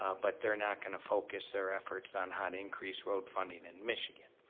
ah but they're not going to focus their efforts on how to increase road funding in michigan.